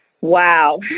Wow